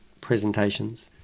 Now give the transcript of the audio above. presentations